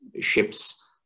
ships